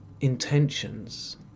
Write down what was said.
intentions